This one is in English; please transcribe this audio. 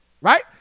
Right